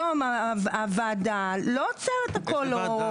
היום הוועדה לא עוצרת הכל.